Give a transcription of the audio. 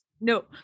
no